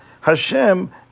Hashem